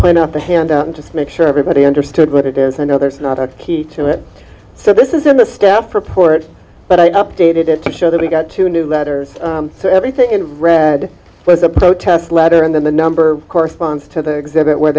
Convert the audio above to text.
plain out the hand and just make sure everybody understood what it is i know there's not a key to it so this is in the staff report but i updated it to show that we got two new letters so everything in red was a protest letter and then the number corresponds to the exhibit where